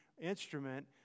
instrument